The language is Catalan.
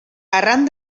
arran